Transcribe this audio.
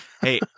hey